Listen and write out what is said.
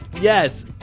Yes